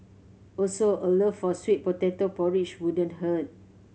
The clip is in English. also a love for sweet potato porridge wouldn't hurt